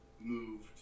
moved